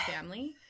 family